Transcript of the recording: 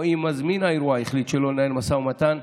או אם מזמין האירוע החליט שלא לנהל משא ומתן,